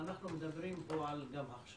חסאן, אנחנו מדברים פה גם על הכשרות?